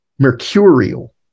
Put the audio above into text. Mercurial